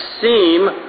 Seem